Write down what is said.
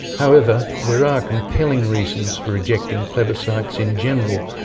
however there are compelling reasons for rejecting plebiscites in general,